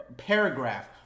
Paragraph